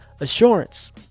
assurance